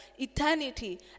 eternity